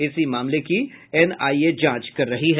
इसी मामले की एनआईए जांच कर रही है